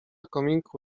kominku